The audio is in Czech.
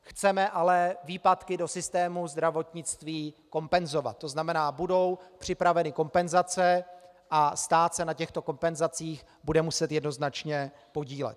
Chceme ale výpadky systému zdravotnictví kompenzovat, to znamená, že budou připraveny kompenzace a stát se na těchto kompenzacích bude muset jednoznačně podílet.